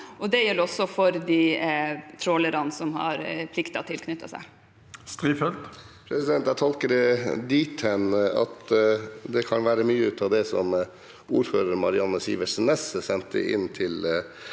Det gjelder også for de trålerne som har plikter tilknyttet seg.